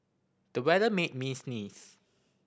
the weather made me sneeze